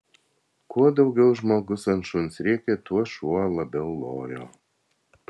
kuo daugiau žmogus ant šuns rėkė tuo šuo labiau lojo